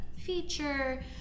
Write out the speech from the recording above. feature